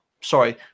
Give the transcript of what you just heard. sorry